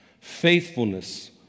faithfulness